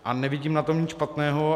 A nevidím na tom nic špatného.